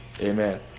Amen